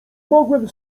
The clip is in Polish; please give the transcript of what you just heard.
mogłem